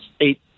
eight